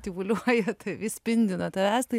tyvuliuoja tavy spindi nuo tavęs tai